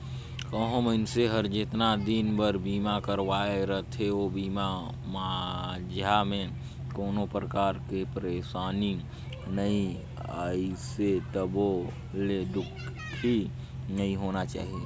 कहो मइनसे हर जेतना दिन बर बीमा करवाये रथे ओ बीच माझा मे कोनो परकार के परसानी नइ आइसे तभो ले दुखी नइ होना चाही